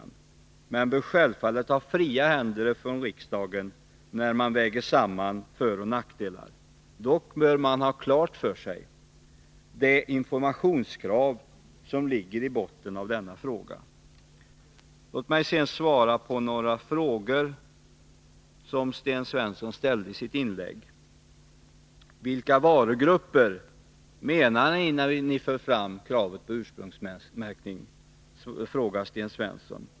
Men riksdagen bör självfallet ge regeringen fria händer när föroch nackdelar skall vägas samman. Dock bör man ha klart för sig det informationskrav som ligger i botten av denna fråga. Låt mig sedan svara på några frågor som Sten Svensson har ställt i sitt inlägg. Vilka varugrupper avser ni när ni för fram kravet på ursprungsmärkning, frågar han?